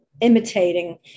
imitating